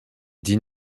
dean